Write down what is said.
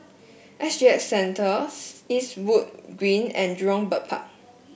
S G X Centres Eastwood Green and Jurong Bird Park